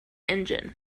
engine